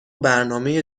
برنامه